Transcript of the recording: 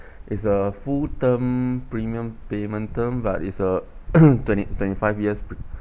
it's a full term premium payment term but it's a uhm twenty twenty five years